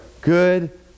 good